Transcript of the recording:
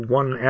one